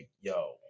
yo